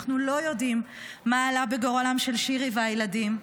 אנחנו לא יודעים מה עלה בגורלם של שירי והילדים.